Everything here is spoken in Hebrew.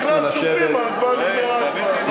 ביקשנו לשבת.